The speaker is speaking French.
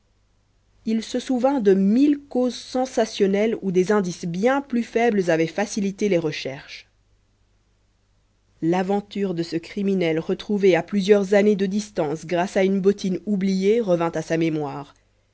il se souvint de mille causes sensationnelles où des indices bien plus faibles avaient facilité les recherches l'aventure de ce criminel retrouvé à plusieurs années de distance grâce à une bottine oubliée revint à sa mémoire